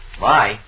Bye